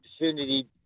opportunity